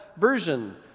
version